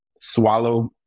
swallow